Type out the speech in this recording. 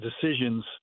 decisions